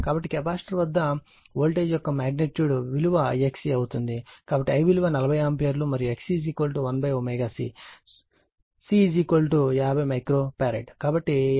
కాబట్టి కెపాసిటర్ వద్ద వోల్టేజ్ యొక్క మాగ్నిట్యూడ్ విలువ IXC అవుతుంది కాబట్టి I విలువ 40 ఆంపియర్ మరియు XC1ω C C 50 micro farad